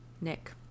Nick